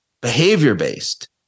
behavior-based